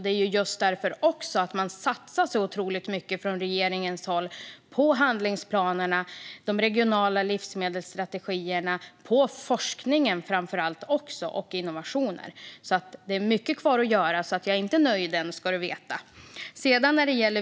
Regeringen satsar därför otroligt mycket på handlingsplanerna, på de regionala livsmedelsstrategierna och framför allt på forskning och innovation. Det finns mycket kvar att göra, så jag är inte nöjd än, ska du veta.